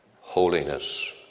holiness